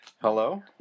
Hello